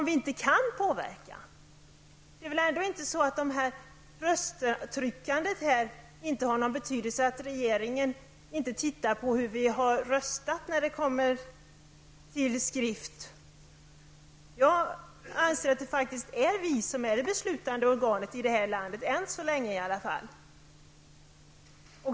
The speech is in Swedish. Detta knapptryckande måste väl ändå ha någon betydelse. Tittar inte regeringen på hur vi röstar? Jag anser att det faktiskt är riksdagen som är det beslutande organet i det här landet, än så länge i alla fall.